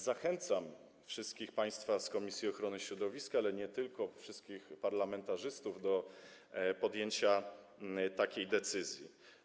Zachęcam wszystkich państwa z komisji ochrony środowiska, ale nie tylko, wszystkich parlamentarzystów do podjęcia takiej decyzji.